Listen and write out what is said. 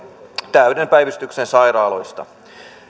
täyden päivystyksen sairaaloista